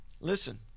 Listen